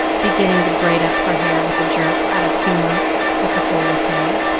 beginning to braid up her hair with a jerk, out of humor with the whole affair.